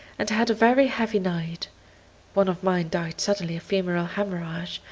and had a very heavy night one of mine died suddenly of femoral haemorrhage,